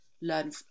learn